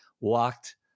walked